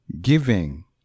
Giving